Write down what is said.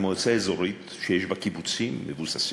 ממועצה אזורית שיש בה קיבוצים מבוססים,